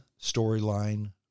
storyline